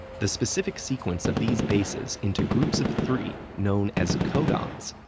the specific sequence of these bases into groups of three, known as codons,